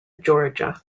georgia